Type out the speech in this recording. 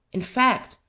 in fact,